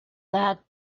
that